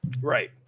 Right